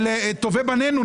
אלה טובי בנינו,